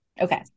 Okay